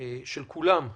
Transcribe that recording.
של כולם,